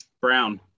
Brown